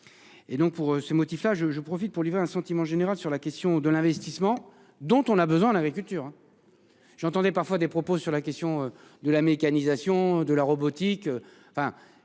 Et donc pour ce motif là je je profite pour livrer un sentiment général sur la question de l'investissement dont on a besoin l'agriculture. J'entendais parfois des propos sur la question de la mécanisation de la robotique.